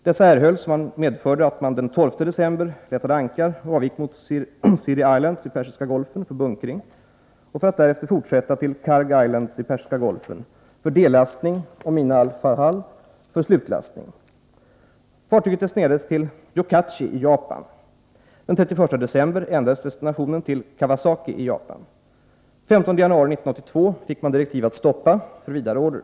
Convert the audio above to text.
Dessa erhölls och medförde att man den 12 december lossade ankar och avgick med Sirri Islands i Persiska golfen för bunkring för att därefter fortsätta till Kharg Islands i Persiska golfen för dellastning och Mina al Fahal för slutlastning. Fartyget destinerades till Yokkachi i Japan. Den 31 december ändrades destinationen i Kawasaki i Japan. Den 15 januari 1982 fick man direktiv att stoppa för vidare order.